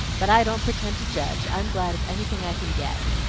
but i don't pretend to judge, i'm glad of anything i can get.